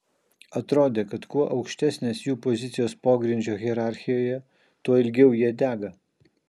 atrodė kad kuo aukštesnės jų pozicijos pogrindžio hierarchijoje tuo ilgiau jie dega